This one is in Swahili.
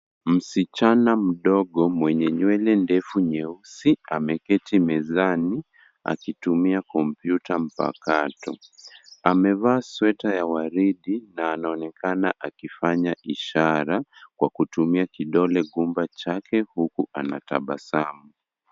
Msichana mdogo mwenye nywele ndefu nyeusi ameketi mezani, akitumia kompyuta mpakato. Amevaa sweta ya waridi na anaonekana akifanya ishara kwa kutumia kidole gumba chake huku anatabasamu.